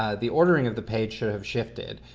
ah the ordering of the page should have shifted.